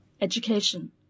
Education